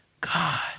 God